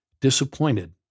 disappointed